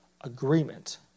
Agreement